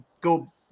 go